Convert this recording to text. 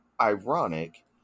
ironic